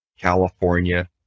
California